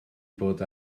bod